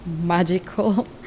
magical